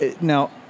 Now